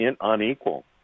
unequal